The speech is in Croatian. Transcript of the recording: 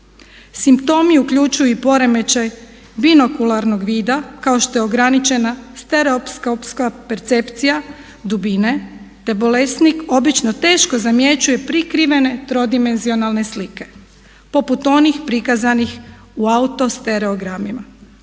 Simptomi uključuju i poremećaj binokularnog vida kao što je ograničena stereoskopska percepcija dubine te bolesnik obično teško zamjećuje prikrivene trodimenzionalne slike poput onih prikazanih u autostereogramima.